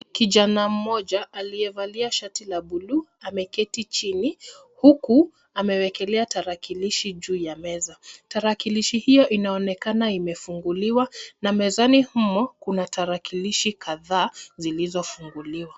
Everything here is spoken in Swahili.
Kijana mmoja aliyevalia shati la blue ameketi chini, huku amewekelea tarakilishi juu ya meza. Tarakilishi hiyo inaonekana imefunguliwa, na mezani humo kuna tarakilishi kadhaa zilizofunguliwa.